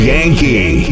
Yankee